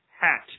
hat